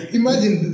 imagine